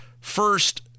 first